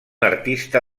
artista